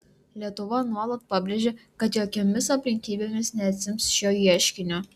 lietuva nuolat pabrėžia kad jokiomis aplinkybėmis neatsiims šio ieškinio